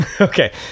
Okay